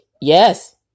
Yes